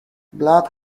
blood